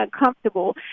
uncomfortable